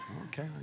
Okay